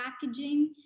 packaging